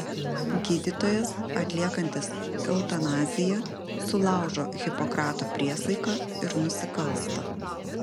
gydytojas atliekantis eutanaziją sulaužo hipokrato priesaiką ir nusikalsta